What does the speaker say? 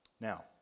Now